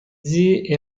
zii